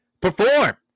Perform